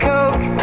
Coke